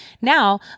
Now